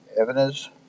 Evidence